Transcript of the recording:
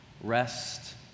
rest